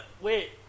Wait